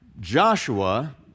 Joshua